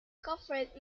covered